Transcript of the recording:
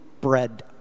bread